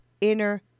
inner